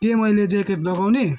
के मैले ज्याकेट लगाउने